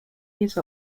use